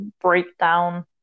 breakdown